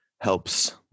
helps